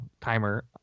timer